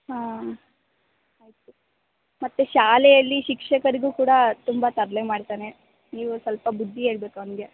ಹಾಂ ಆಯಿತು ಮತ್ತು ಶಾಲೆಯಲ್ಲಿ ಶಿಕ್ಷಕರಿಗೂ ಕೂಡ ತುಂಬ ತರಲೆ ಮಾಡ್ತಾನೆ ನೀವು ಸ್ವಲ್ಪ ಬುದ್ಧಿ ಹೇಳ್ಬೇಕ್ ಅವ್ನಿಗೆ